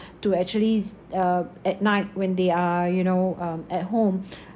to actually s~ uh at night when they are you know um at home